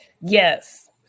Yes